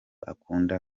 akunda